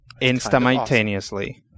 Instantaneously